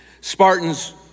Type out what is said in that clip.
Spartans